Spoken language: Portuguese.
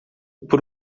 por